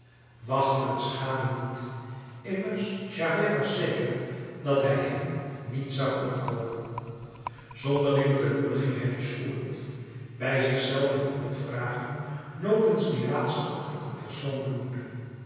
wachten schaadde niet immers javert was zeker dat hij hen niet zou ontkomen zonderling te moede ging hij dus voort bij zich zelven honderd vragen nopens dien raadselachtigen persoon doende